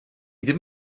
ddim